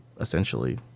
essentially